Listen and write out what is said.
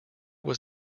was